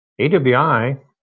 awi